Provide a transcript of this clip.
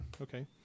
Okay